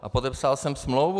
A podepsal jsem smlouvu.